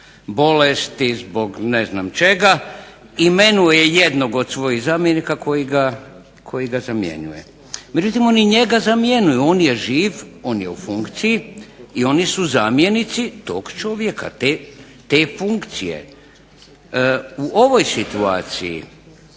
bolesti, zbog ne znam čega, imenuje jednog od svojih zamjenika koji ga zamjenjuje. Međutim, oni njega zamjenjuju. On je živ, on je u funkciji i oni su zamjenici tog čovjeka, te funkcije. U ovoj situaciji